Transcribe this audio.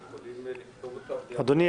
יכולים לכתוב אותה --- אדוני,